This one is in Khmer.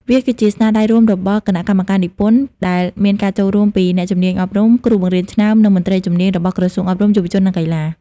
វាគឺជាស្នាដៃរួមរបស់ គណៈកម្មការនិពន្ធ ដែលមានការចូលរួមពី អ្នកជំនាញអប់រំ គ្រូបង្រៀនឆ្នើម និង មន្ត្រីជំនាញ របស់ក្រសួងអប់រំ យុវជន និងកីឡា។